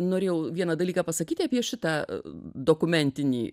norėjau vieną dalyką pasakyti apie šitą dokumentinį